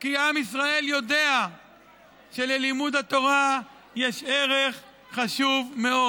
כי עם ישראל יודע שללימוד התורה יש ערך חשוב מאוד.